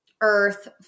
earth